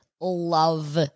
love